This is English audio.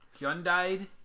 Hyundai